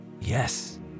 Yes